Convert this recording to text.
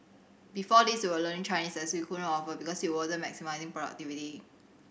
before this they were learning Chinese as we couldn't offer because it wasn't maximising productivity